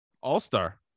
All-Star